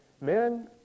Men